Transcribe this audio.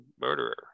murderer